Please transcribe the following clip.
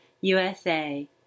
USA